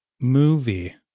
Movie